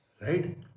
right